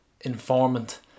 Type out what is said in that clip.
informant